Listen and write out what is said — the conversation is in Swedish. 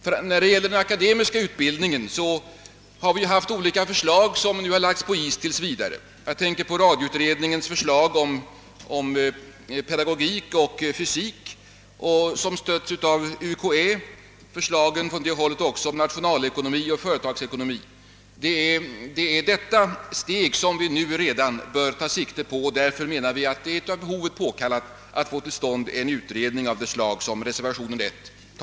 Beträffande den akademiska utbildningen har vi framfört olika förslag som nu tills vidare har lagts på is; jag tänker på radioutredningens förslag om kurser i pedagogik och fysik, som stötts av universitetskanslersämbetet, samt förslag om kurser i företagsekonomi. Det är detta steg som vi redan nu bör ta sikte på. Därför menar vi att det är av behovet påkallat att få den utredning som påyrkas i reservationen 1.